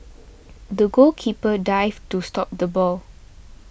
the goalkeeper dived to stop the ball